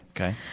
okay